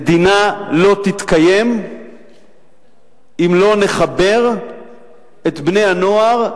המדינה לא תתקיים אם לא נחבר את בני-הנוער,